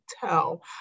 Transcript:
tell